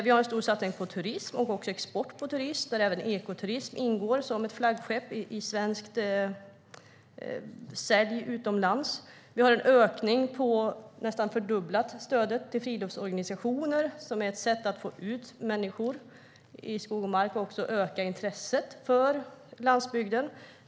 Vi har en stor satsning på turism och export av turism, där även ekoturism ingår som ett flaggskepp i svenskt sälj utomlands. Vi har nästan fördubblat stödet till friluftsorganisationer som ett sätt att få ut människor i skog och mark och öka intresset för landsbygden.